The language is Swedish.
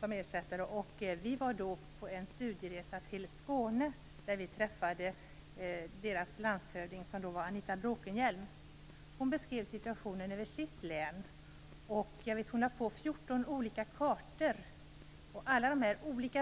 Från utskottet gjorde vi då en studieresa till Skåne, där vi träffade landshövdingen som då var Anita Bråkenhielm. Hon beskrev situationen i sitt län. Jag minns att hon lade på 14 olika kartor - alla